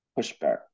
pushback